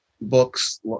books